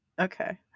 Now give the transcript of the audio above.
okay